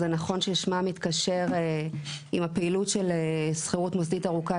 זה נכון ששמה מתקשר עם הפעילות של שכירות מוסדית ארוכת